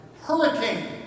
hurricane